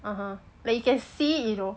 (uh huh) like you can see it you know